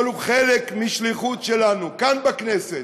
אבל הוא חלק מהשליחות שלנו כאן, בכנסת,